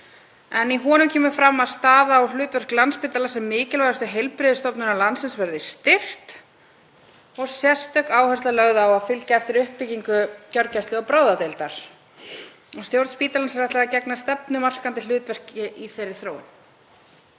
en í honum kemur fram að staða og hlutverk Landspítalans sem mikilvægustu heilbrigðisstofnunar landsins verði styrkt og sérstök áhersla er lögð á að fylgja eftir uppbyggingu gjörgæslu- og bráðadeildar. Stjórn spítalans er ætlað að gegna stefnumarkandi hlutverki í þeirri þróun.